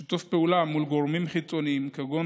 שיתוף פעולה מול גורמים חיצוניים כגון